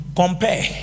compare